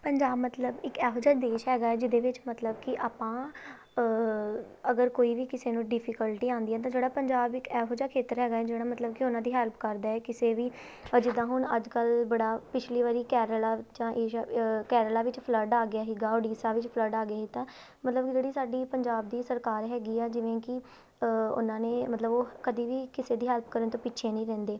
ਪੰਜਾਬ ਮਤਲਬ ਇੱਕ ਇਹੋ ਜਿਹਾ ਦੇਸ਼ ਹੈਗਾ ਜਿਹਦੇ ਵਿੱਚ ਮਤਲਬ ਕਿ ਆਪਾਂ ਅਗਰ ਕੋਈ ਵੀ ਕਿਸੇ ਨੂੰ ਡਿਫੀਕਲਟੀ ਆਉਂਦੀ ਹੈ ਤਾਂ ਜਿਹੜਾ ਪੰਜਾਬ ਇੱਕ ਇਹੋ ਜਿਹਾ ਖੇਤਰ ਹੈਗਾ ਜਿਹੜਾ ਮਤਲਬ ਕਿ ਉਹਨਾਂ ਦੀ ਹੈਲਪ ਕਰਦਾ ਕਿਸੇ ਵੀ ਆ ਜਿੱਦਾਂ ਹੁਣ ਅੱਜ ਕੱਲ੍ਹ ਬੜਾ ਪਿਛਲੀ ਵਾਰੀ ਕੇਰਲਾ ਜਾਂ ਏਸ਼ੀਆ ਕੇਰਲਾ ਵਿੱਚ ਫਲੱਡ ਆ ਗਿਆ ਸੀਗਾ ਉੜੀਸਾ ਵਿੱਚ ਫਲੱਡ ਆ ਗਿਆ ਸੀ ਤਾਂ ਮਤਲਬ ਕਿ ਜਿਹੜੀ ਸਾਡੀ ਪੰਜਾਬ ਦੀ ਸਰਕਾਰ ਹੈਗੀ ਆ ਜਿਵੇਂ ਕਿ ਉਹਨਾਂ ਨੇ ਮਤਲਬ ਉਹ ਕਦੀ ਵੀ ਕਿਸੇ ਦੀ ਹੈਲਪ ਕਰਨ ਤੋਂ ਪਿੱਛੇ ਨਹੀਂ ਰਹਿੰਦੇ